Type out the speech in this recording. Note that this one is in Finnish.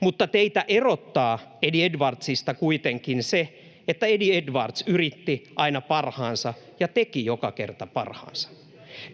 mutta teitä erottaa Eddie Edwardsista kuitenkin se, että Eddie Edwards yritti aina parhaansa ja teki joka kerta parhaansa.